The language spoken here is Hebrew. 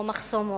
או "מחסום Watch"